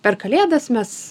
per kalėdas mes